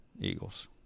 Eagles